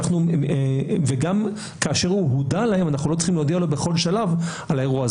אנחנו לא צריכים להודיע לו בכל שלב על האירוע זה.